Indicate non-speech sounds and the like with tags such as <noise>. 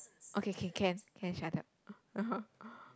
okay okay can can shut up <noise>